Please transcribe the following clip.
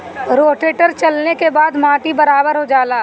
rotator चलले के बाद माटी बराबर हो जाला